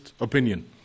opinion